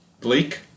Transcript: Bleak